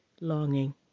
longing